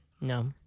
No